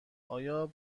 آیا